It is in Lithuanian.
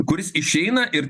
kuris išeina ir